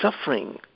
suffering